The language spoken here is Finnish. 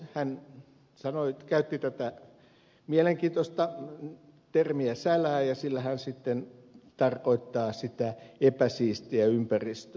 hän käytti tätä mielenkiintoista termiä sälää ja sillä hän sitten tarkoittaa sitä epäsiistiä ympäristöä